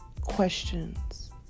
questions